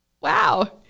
Wow